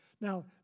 Now